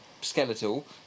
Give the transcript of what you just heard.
skeletal